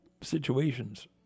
situations